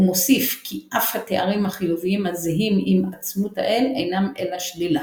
ומוסיף כי אף התארים החיוביים הזהים עם עצמות האל אינם אלא שלילה.